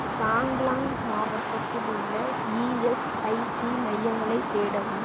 சாங்லாங் மாவட்டத்தில் உள்ள இஎஸ்ஐசி மையங்களைத் தேடவும்